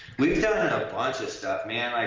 we've done a bunch of stuff, man. like